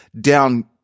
down